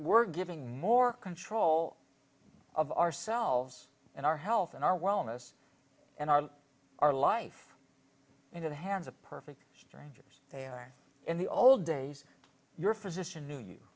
we're giving more control of ourselves and our health and our wellness and our our life into the hands of perfect strangers they are in the old days your physician knew you